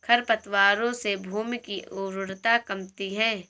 खरपतवारों से भूमि की उर्वरता कमती है